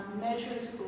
measures